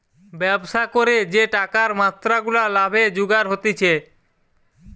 ব্যবসা করে যে টাকার মাত্রা গুলা লাভে জুগার হতিছে